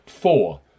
Four